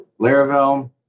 Laravel